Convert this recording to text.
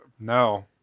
no